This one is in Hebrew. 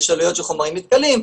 יש עלויות של חומרים מתכלים,